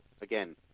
again